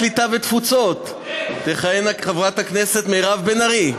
הקליטה והתפוצות תכהן חברת הכנסת מירב בן ארי,